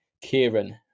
Kieran